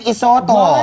Isoto